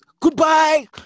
Goodbye